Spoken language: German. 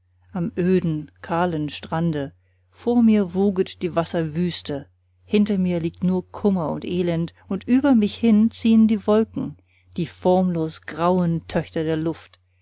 am öden kahlen strande vor mir woget die wasserwüste hinter mir liegt nur kummer und elend und über mich hin ziehen die wolken die formlos grauen töchter der luft